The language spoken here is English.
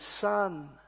Son